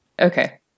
Okay